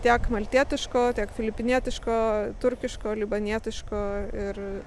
tiek maltietiško tiek filipinietiško turkiško libanietiško ir